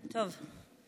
טוב.